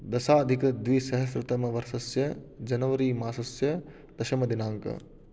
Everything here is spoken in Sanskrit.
दशाधिकद्विसहस्रतमवर्षस्य जनवरीमासस्य दशमदिनाङ्कः